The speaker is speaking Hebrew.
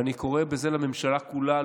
ואני קורא בזה לממשלה כולה,